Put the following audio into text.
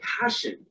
passion